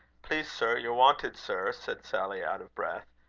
please, sir, you're wanted, sir, said sally, out of breath,